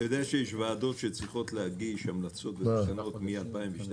אתה יודע שיש ועדות שצריכות להגיש המלצות ותקנות מ-2012?